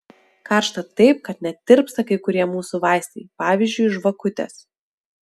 karšta taip kad net tirpsta kai kurie mūsų vaistai pavyzdžiui žvakutės